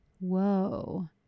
whoa